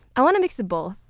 i want a mix of both.